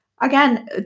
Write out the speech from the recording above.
again